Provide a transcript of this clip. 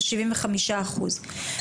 את השבעים וחמישה אחוז,